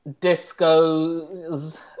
Discos